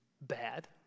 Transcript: bad